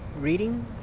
Reading